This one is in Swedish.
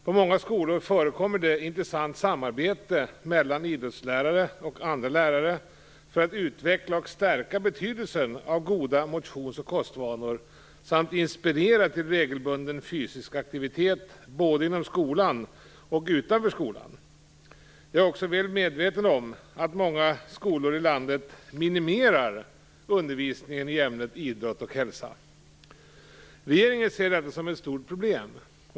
På många skolor förekommer det ett intressant samarbete mellan idrottslärare och andra lärare för att utveckla och stärka betydelsen av goda motions och kostvanor samt inspirera till regelbunden fysisk aktivitet både inom skolan och utanför skolan. Jag är också väl medveten om att många skolor i landet minimerar undervisningen i ämnet idrott och hälsa. Regeringen ser detta som ett stort problem.